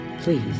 Please